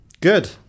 Good